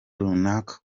runaka